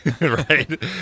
right